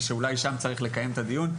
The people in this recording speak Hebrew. ואולי שם צריך לקיים את הדיון.